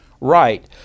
right